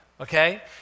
okay